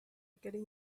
getting